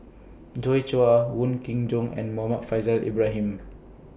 Joi Chua Wong Kin Jong and Muhammad Faishal Ibrahim